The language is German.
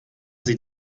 sie